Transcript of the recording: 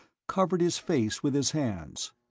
covered his face with his hands.